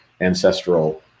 ancestral